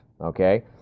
okay